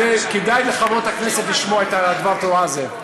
כדאי לחברות הכנסת לשמוע את דבר התורה הזה.